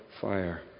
fire